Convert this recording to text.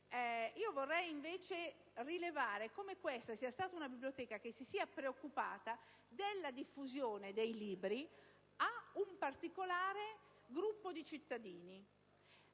io vorrei invece rilevare come questa sia stata una biblioteca che si è preoccupata della diffusione dei libri ad un particolare gruppo di cittadini.